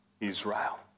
Israel